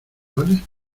vale